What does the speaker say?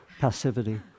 passivity